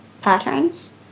patterns